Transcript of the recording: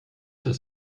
das